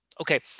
Okay